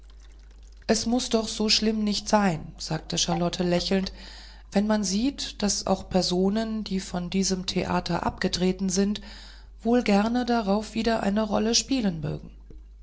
es muß doch so schlimm nicht sein sagte charlotte lächelnd da man sieht daß auch personen die von diesem theater abgetreten sind wohl gern darauf wieder eine rolle spielen mögen